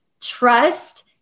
trust